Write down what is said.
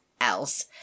else